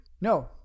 no